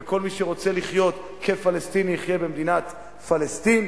וכל מי שרוצה לחיות כפלסטיני יחיה במדינת פלסטין,